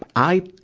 i,